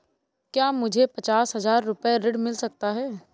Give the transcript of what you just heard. क्या मुझे पचास हजार रूपए ऋण मिल सकता है?